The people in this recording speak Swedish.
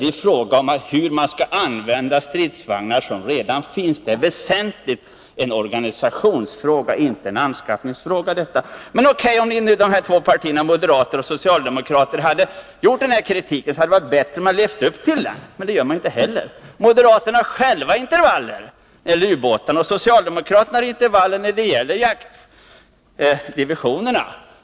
Det är fråga om hur man skall använda stridsvagnar som redan finns. Det är väsentligen en organisationsfråga — inte en anskaffningsfråga. Men O. K. — när nu moderater och socialdemokrater framförde den här kritiken, så borde de leva upp till den, men det gör de inte. Moderaterna har själva intervaller när det gäller ubåtar. Socialdemokraterna har intervaller när det gäller jaktdivisioner.